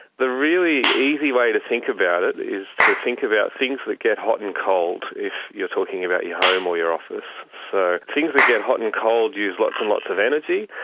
the really easy way to think about it is to think about things that get hot and cold, if you're talking about your home or your office. so things that get hot and cold use lots and lots of energy,